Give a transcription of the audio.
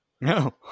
No